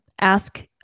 ask